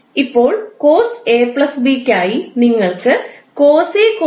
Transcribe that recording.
ഇപ്പോൾ cos 𝐴 𝐵 ക്കായി നിങ്ങൾക്ക് cos 𝐴 𝑐𝑜𝑠𝐵 𝑠𝑖𝑛𝐴 𝑠𝑖𝑛 𝐵 ഉണ്ട്